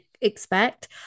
expect